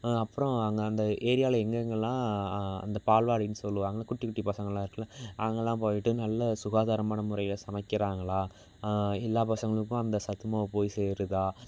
அப்பறம் அங்கே அந்த ஏரியாவில் எங்கே எங்கேலாம் அந்த பால்வாடினு சொல்வாங்கள்ல குட்டி குட்டி பசங்கள்லாம் இருக்கும்ல அங்கேலாம் போய்ட்டு நல்ல சுகாதாரமான முறையில் சமைக்கிறாங்களா எல்லா பசங்களுக்கும் அந்த சத்துமாவு போய் சேருதா